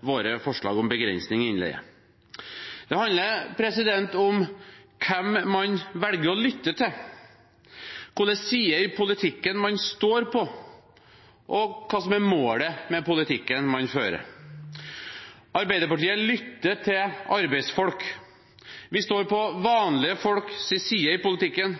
våre forslag om begrensning i innleie. Det handler om hvem man velger å lytte til, hvilken side i politikken man står på, og hva som er målet med politikken man fører. Arbeiderpartiet lytter til arbeidsfolk. Vi står på vanlige folks side i politikken,